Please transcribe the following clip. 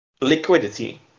liquidity